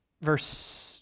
verse